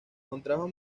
contrajo